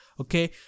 okay